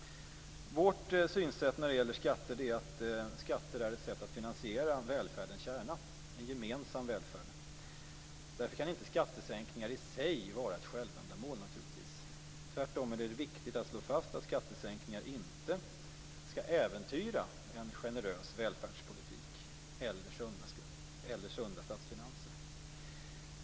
Vårt synsätt är att skatter är ett sätt att finansiera välfärdens kärna, en gemensam välfärd. Därför kan naturligtvis inte skattesänkningar i sig vara ett självändamål. Tvärtom är det viktigt att slå fast att skattesänkningar inte skall äventyra en generös välfärdspolitik eller sunda statsfinanser.